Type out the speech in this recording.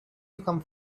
become